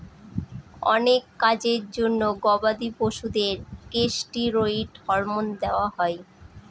অনেক কাজের জন্য গবাদি পশুদের কেষ্টিরৈড হরমোন দেওয়া হয়